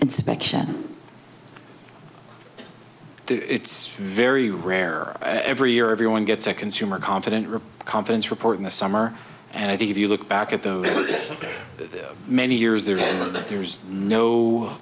inspection it's very rare that every year everyone gets a consumer confident rip confidence report in the summer and i think if you look back at those many years there there's no